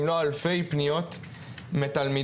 אם לא אלפי פניות מתלמידים.